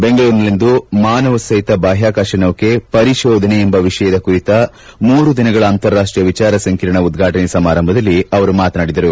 ಬೆಂಗಳೂರಿನಲ್ಲಿಂದು ಮಾನವಸಹಿತ ಬಾಹ್ವಾಹಾಶ ನೌಕೆ ಪರಿತೋಧನೆ ಎಂಬ ವಿಷಯದ ಕುರಿತ ಮೂರು ದಿನಗಳ ಅಂತರಾಷ್ಷೀಯ ವಿಚಾರ ಸಂಕಿರಣದ ಉದ್ಘಾಟನಾ ಸಮಾರಂಭದಲ್ಲಿ ಅವರು ಮಾತನಾಡಿದರು